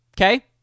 okay